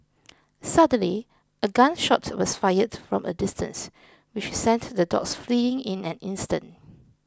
suddenly a gun shot was fired from a distance which sent the dogs fleeing in an instant